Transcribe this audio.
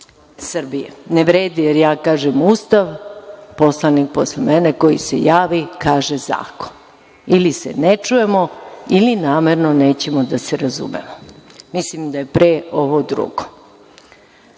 Srbije. Ne vredi, jer ja kažem Ustav, poslanik posle mene koji se javi kaže - zakon. Ili se ne čujemo ili namerno nećemo da se razumemo. Mislim da je pre ovo drugo. Što